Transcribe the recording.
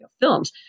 films